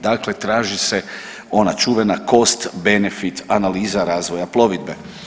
Dakle, traži se ona čuvena cost benefit analiza razvoja plovidbe.